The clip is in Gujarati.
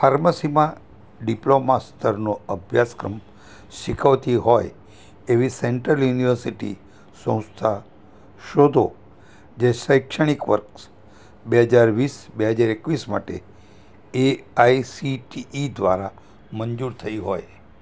ફાર્મસીમાં ડિપ્લોમા સ્તરનો અભ્યાસક્રમ શીખવતી હોય એવી સેન્ટ્રલ યુનિવર્સિટી સંસ્થા શોધો જે શૈક્ષણિક વર્ષ બે હજાર વીસ બે હજાર એકવીસ માટે એઆઈસીટીઈ દ્વારા મંજૂર થઈ હોય